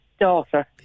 daughter